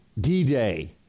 D-Day